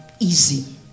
easy